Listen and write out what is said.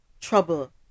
trouble